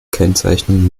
kennzeichnung